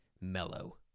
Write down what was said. mellow